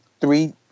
three